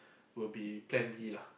will be plan B lah